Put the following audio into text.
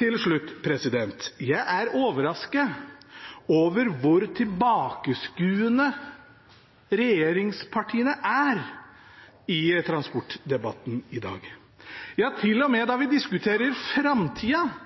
til slutt: Jeg er overrasket over hvor tilbakeskuende regjeringspartiene er i transportdebatten i dag. Til og med når vi diskuterer framtida,